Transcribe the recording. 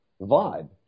vibe